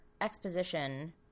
exposition